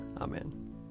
Amen